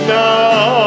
now